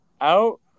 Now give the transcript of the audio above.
out